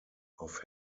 auf